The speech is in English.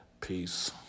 Peace